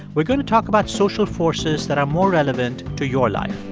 we're going to talk about social forces that are more relevant to your life.